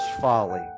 folly